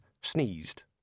sneezed